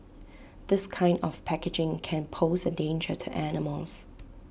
this kind of packaging can pose A danger to animals